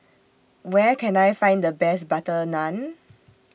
Where Can I Find The Best Butter Naan